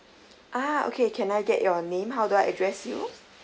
ah okay can I get your name how do I address you